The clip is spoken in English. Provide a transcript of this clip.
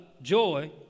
joy